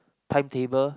time table